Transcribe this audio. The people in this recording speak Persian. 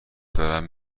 دارم